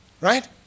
Right